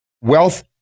wealth